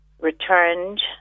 returned